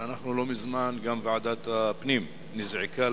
ואנחנו, לא מזמן גם ועדת הפנים נזעקה,